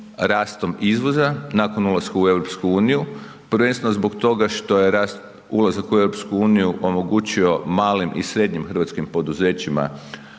rastom izvoza nakon ulaska u EU, prvenstveno zbog toga što je rast ulazak u EU omogućio malim i srednjim hrvatskim poduzećima